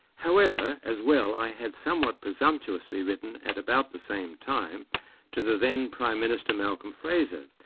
however, as well, i had somewhat presumptuously written at about the same time to the then prime minister, malcolm fraser,